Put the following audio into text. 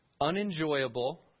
unenjoyable